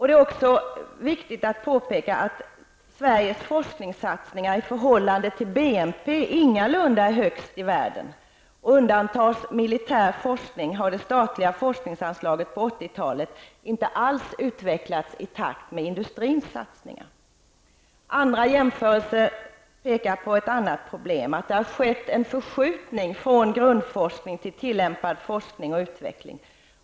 Det är också viktigt att påpeka att Sveriges forskningssatsningar i förhållande till BNP ingalunda är störst i världen. Undantas militär forskning, har det statliga forskningsanslaget på 80 talet inte alls utvecklats i takt med industrins satsningar. Andra jämförelser visar på ett annat problem, nämligen att det har skett en förskjutning från grundforskning till tillämpad forskning och utveckling.